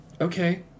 Okay